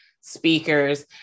speakers